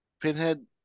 Pinhead